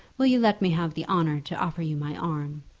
will you let me have the honour to offer you my arm?